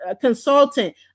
consultant